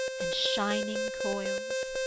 and shining coils,